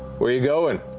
where you going?